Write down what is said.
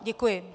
Děkuji.